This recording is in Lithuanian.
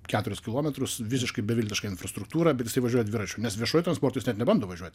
keturis kilometrus visiškai beviltiška infrastruktūra bet jisai važiuoja dviračiu nes viešuoju transportu jis net nebando važiuoti